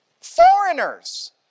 foreigners